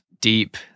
Deep